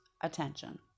attention